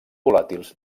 volàtils